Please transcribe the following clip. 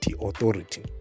authority